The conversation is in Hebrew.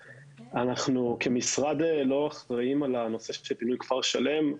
אנחנו כמשרד לא אחראיים על הנושא של פינוי כפר שלם,